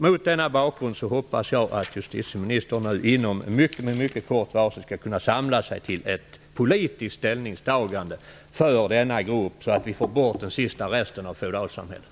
Mot denna bakgrund hoppas jag att justitieministern nu med mycket kort varsel skall kunna samla sig till ett politiskt ställningstagande för denna grupp, så att vi får bort den sista resten av feodalsamhället.